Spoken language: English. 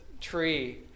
tree